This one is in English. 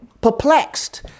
perplexed